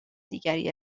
دیگری